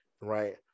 right